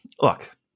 look